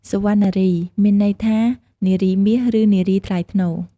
សុវណ្ណារី មានន័យថា នារីមាស ឬ នារីថ្លៃថ្នូរ។